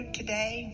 today